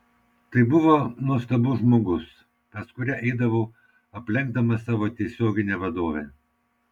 tai buvo nuostabus žmogus pas kurią eidavau aplenkdama savo tiesioginę vadovę